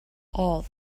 all